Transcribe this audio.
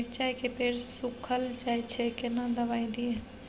मिर्चाय के पेड़ सुखल जाय छै केना दवाई दियै?